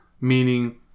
meaning